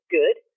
good